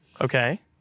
Okay